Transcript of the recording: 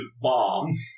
bomb